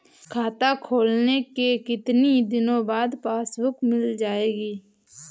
खाता खोलने के कितनी दिनो बाद पासबुक मिल जाएगी?